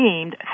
seemed